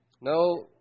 no